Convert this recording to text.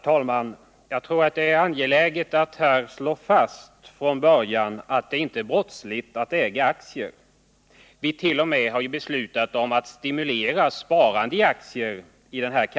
Herr talman! Jag tror att det är angeläget att här slå fast från början att det inte är brottsligt att äga aktier. Vi hart.o.m. i den här kammaren beslutat att stimulera sparande i aktier.